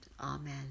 Amen